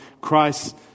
Christ